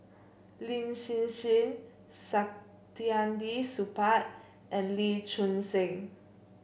Lin Hsin Hsin Saktiandi Supaat and Lee Choon Seng